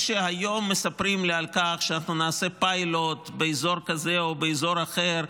כשהיום מספרים לי על כך שאנחנו נעשה פיילוט באזור כזה או באזור אחר,